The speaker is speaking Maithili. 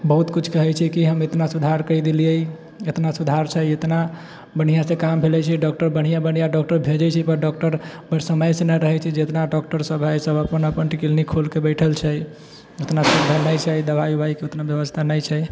बहुत कुछ कहैत छै कि हम इतना सुधार कर देली इतना सुधार छै इतना बढ़िआँसँ काम भेलय छै डॉक्टर बढ़िआँ बढ़िआँ बढ़िआँ डॉक्टर भेजैत छै डॉक्टर पर समयसँ ना रहैत छै जितना डॉक्टरसभ हइ सभ अपन अपन क्लीनिक खोलके बैठल छै उतना सुविधा नहि छै दबाइ उबाइके उतना व्यवस्था नहि छै